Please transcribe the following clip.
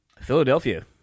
Philadelphia